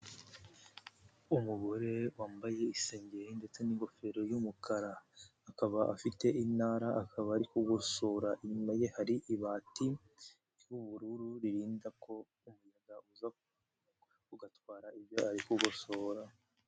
Umugore wambaye isengeri ndetse n'ingofero y'umukara, akaba afite intara, akaba ari kugosora, inyuma ye hari ibati ry'ubururu ririnda, umuyaga uza ugatwara ibyo ari kugosora.